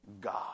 God